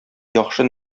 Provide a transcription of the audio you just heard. яхшы